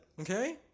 okay